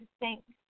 thanks